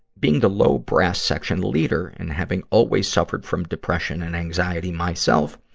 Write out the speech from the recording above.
being the low brass section leader and having always suffered from depression and anxiety myself,